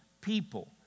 people